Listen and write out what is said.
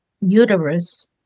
uterus